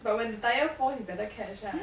but when the tire falls you better catch lah